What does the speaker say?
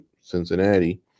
Cincinnati